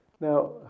Now